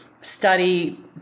study